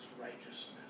righteousness